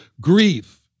grief